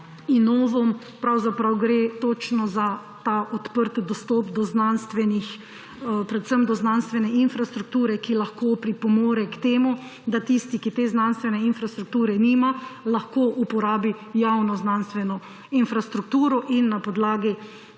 inovum, pravzaprav gre točno za ta odprt dostop predvsem do znanstvene infrastrukture, ki lahko pripomore k temu, da tisti, ki te znanstvene infrastrukture nima, lahko uporabi javno znanstveno infrastrukturo in na podlagi